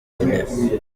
w’intebe